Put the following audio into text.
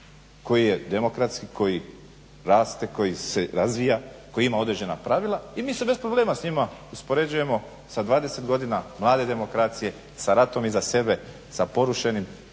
koji je demokratski, koji raste, koji se razvija, koji ima određena pravila i mi se bez problema s njima uspoređujemo sa 20 godina mlade demokracije, sa ratom iza sebe, sa porušenim